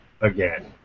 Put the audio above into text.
again